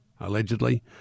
allegedly